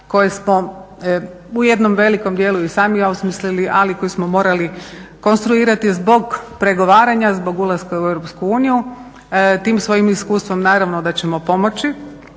koje smo u jednom velikom dijelu i sami osmislili, ali koji smo morali konstruirati zbog pregovaranja, zbog ulaska u Europsku uniju. Tim svojim iskustvom naravno da ćemo pomoći